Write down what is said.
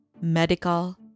medical